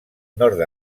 nord